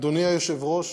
אדוני היושב-ראש,